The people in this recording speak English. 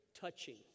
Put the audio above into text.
touching